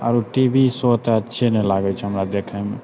आरो TV show तऽ हमरा अच्छे नहि लागै छौ देखैमे